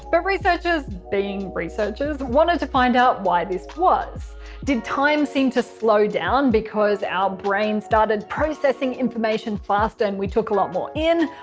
but researchers being researchers wanted to find out why this was did time seem to slow down because our brain started processing information faster and we took a lot more in,